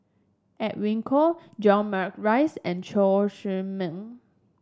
Edwin Koek John Morrice and Chew Chor Meng